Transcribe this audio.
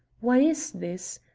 why is this?